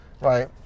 right